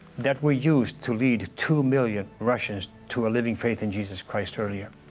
that were used to lead two million russians to a living faith in jesus christ earlier.